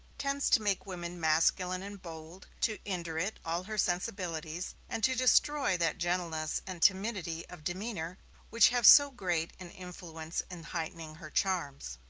tends to make woman masculine and bold, to indurate all her sensibilities, and to destroy that gentleness and timidity of demeanor which have so great an influence in heightening her charms.